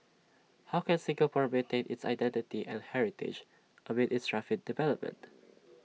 how can Singapore maintain its identity and heritage amid its rapid development